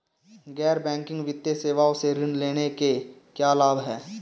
गैर बैंकिंग वित्तीय सेवाओं से ऋण लेने के क्या लाभ हैं?